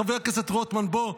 חבר הכנסת רוטמן, בוא,